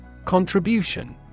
contribution